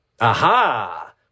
Aha